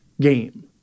game